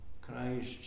Christ